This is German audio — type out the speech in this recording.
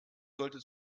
sollte